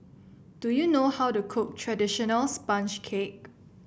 do you know how to cook traditional sponge cake